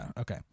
Okay